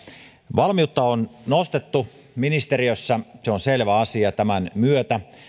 valmiutta on nostettu ministeriössä se on selvä asia tämän myötä